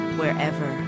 wherever